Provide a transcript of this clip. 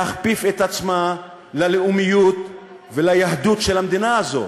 להכפיף את עצמה ללאומיות וליהדות של המדינה הזאת.